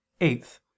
eighth